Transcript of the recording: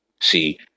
See